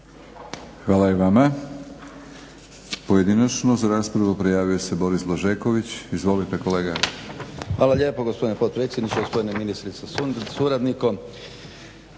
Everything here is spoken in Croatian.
Hvala i vama. Pojedinačno za raspravu prijavio se Boris Blažeković. Izvolite kolega. **Blažeković, Boris (HNS)** Hvala lijepa gospodine potpredsjedniče. Gospodine ministre sa suradnikom.